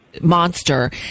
monster